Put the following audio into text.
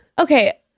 Okay